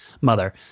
mother